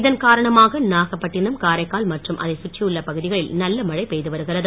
இதன் காரணமாக நாகப்பட்டினம் காரைக்கால் மற்றம் அதை சுற்றியுள்ள பகுதிகளில் நல்ல மழை பெய்து வருகிறது